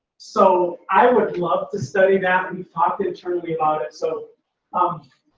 so i would love to study that, we've talked iterminably about it. so um